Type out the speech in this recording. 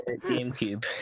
GameCube